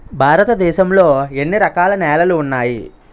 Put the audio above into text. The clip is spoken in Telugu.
భారతదేశం లో ఎన్ని రకాల నేలలు ఉన్నాయి?